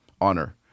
honor